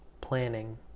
planning